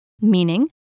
Meaning